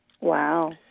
Wow